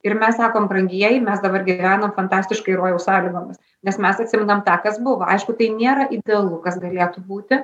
ir mes sakom brangieji mes dabar gyvenam fantastiškai rojaus sąlygomis nes mes atsimenam tą kas buvo aišku tai nėra idealu kas galėtų būti